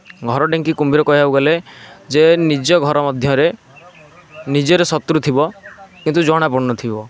ଘର ଢିଙ୍କି କୁମ୍ଭୀର କହିବାକୁ ଗଲେ ଯେ ନିଜ ଘର ମଧ୍ୟରେ ନିଜର ଶତ୍ରୁ ଥିବ କିନ୍ତୁ ଜଣା ପଡ଼ୁନଥିବ